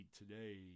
today